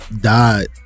died